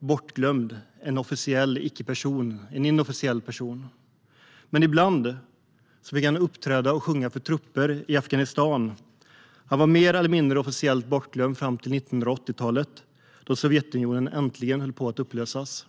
Han var inte längre en officiell person. Ibland fick han dock uppträda för trupperna i Afghanistan. Han var mer eller mindre bortglömd fram till 1980-talet då Sovjetunionen äntligen började upplösas.